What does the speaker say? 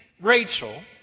Rachel